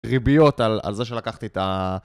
ריביות על זה שלקחתי את ה...